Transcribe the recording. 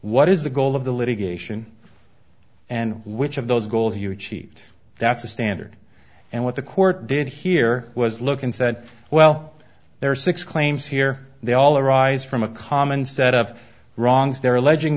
what is the goal of the litigation and which of those goals you achieved that's the standard and what the court did here was look and said well there are six claims here they all arise from a common set of wrongs they're alleging